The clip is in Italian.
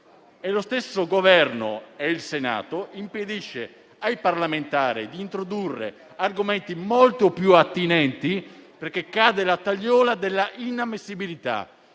lo stesso Governo e il Senato impediscono ai parlamentari di introdurre argomenti molto più attinenti, perché cade la tagliola dell'inammissibilità.